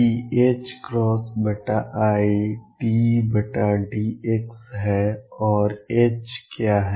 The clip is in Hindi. p iddx है और H क्या है